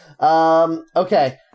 okay